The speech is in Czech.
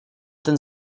ten